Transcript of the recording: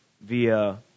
via